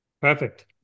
Perfect